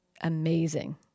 amazing